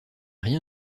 rien